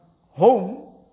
home